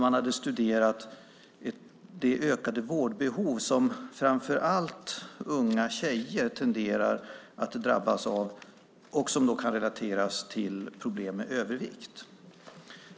Man har studerat det ökade vårdbehov som framför allt unga tjejer tenderar att drabbas av och som kan relateras till problem med övervikt.